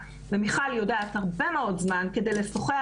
ומיכל יודעת שאני מקדישה הרבה מאוד זמן כדי לשוחח